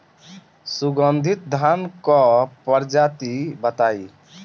सुगन्धित धान क प्रजाति बताई?